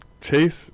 Chase